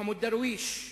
מחמוד דרוויש,